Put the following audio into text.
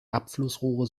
abflussrohre